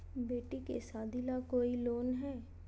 बेटी के सादी ला कोई ऋण हई?